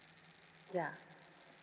ya